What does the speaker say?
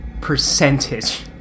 percentage